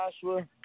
Joshua